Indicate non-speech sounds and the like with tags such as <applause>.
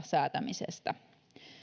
<unintelligible> säätämisestä